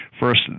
First